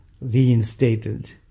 reinstated